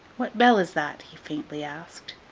what bell is that he faintly asked.